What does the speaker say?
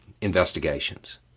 investigations